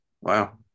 Wow